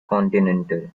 continental